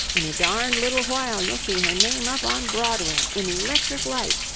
in a darned little while you'll see her name up on broadway in electric light.